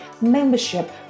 membership